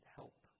help